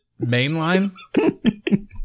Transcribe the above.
mainline